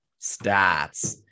stats